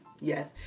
yes